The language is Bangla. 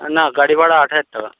না গাড়ি ভাড়া আট হাজার টাকা